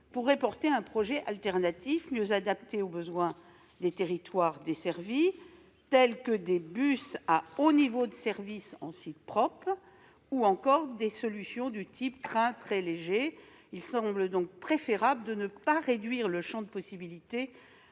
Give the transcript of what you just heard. pourrait porter un projet alternatif, mieux adapté aux besoins des territoires desservis, tel que des bus à haut niveau de service en site propre, ou encore des véhicules du type « train très léger ». Il semble donc préférable de ne pas réduire le champ des possibilités